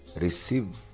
Receive